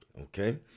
okay